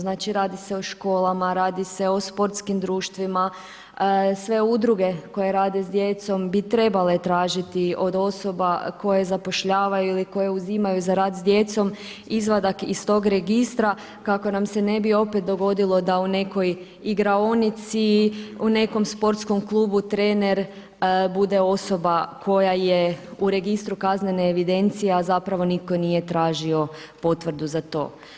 Znači radi se o školama, radi se o sportskim društvima, sve udruge koje rade s djecom bi trebale tražiti od osoba koje zapošljavaju ili koje uzimaju za rad s djecom izvadak iz tog registra kako nam se ne bi opet dogodilo da u nekoj igraonici, u nekom sportskom klubu trener bude osoba koja je u registru kaznene evidencije, a zapravo nitko nije tražio potvrdu za to.